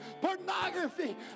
pornography